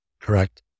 Correct